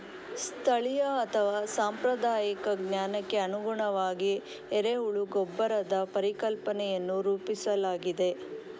ಸ್ಥಳೀಯ ಅಥವಾ ಸಾಂಪ್ರದಾಯಿಕ ಜ್ಞಾನಕ್ಕೆ ಅನುಗುಣವಾಗಿ ಎರೆಹುಳ ಗೊಬ್ಬರದ ಪರಿಕಲ್ಪನೆಯನ್ನು ರೂಪಿಸಲಾಗಿದೆ